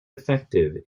effective